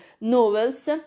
novels